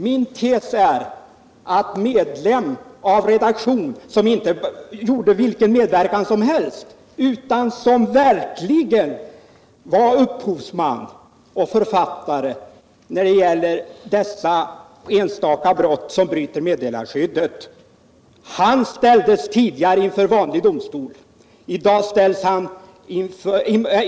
Min tes är att medlem av redaktion, som verkligen var upphovsman till och författare av artiklar som betraktades så brottsliga att de bröt meddelarskyddet, tidigare ställdes inför vanlig domstol.